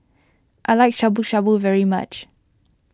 I like Shabu Shabu very much